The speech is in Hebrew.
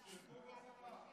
שירתו בצבא?